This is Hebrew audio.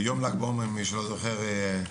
מי שלא זוכר,